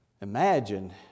Imagine